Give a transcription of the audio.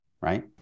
right